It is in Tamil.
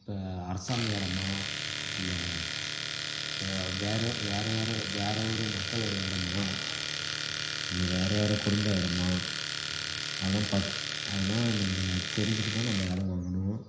இப்போ அரசாங்க இடமா இல்லை வேறு வேறு யாரோ வேறு ஒரு மக்களோடேய இடமா இல்லை வேறு யாரோ குடும்ப இடமா அதெலாம் பாத் அதெலாம் நம்ம தெரிஞ்சுட்டு தான் நம்ம இடம் வாங்கணும்